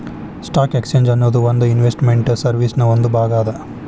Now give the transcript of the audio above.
stock exchange ಅನ್ನೊದು ಒಂದ್ investment ಸರ್ವೇಸಿನ್ ಒಂದ್ ಭಾಗ ಅದ